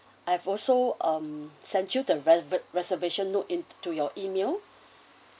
I've also um sent you the reserv~ reservation note into your email